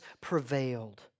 prevailed